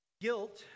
Guilt